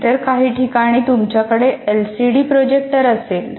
इतर काही ठिकाणी तुमच्याकडे एलसीडी प्रोजेक्टर असेल